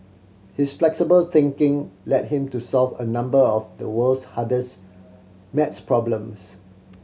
his flexible thinking led him to solve a number of the world's hardest maths problems